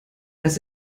als